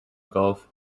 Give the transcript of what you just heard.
gulf